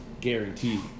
guaranteed